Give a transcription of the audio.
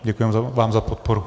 Děkuji vám za podporu.